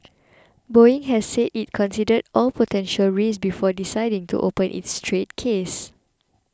Boeing has said it considered all potential risks before deciding to open its trade case